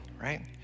right